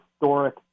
historic